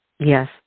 Yes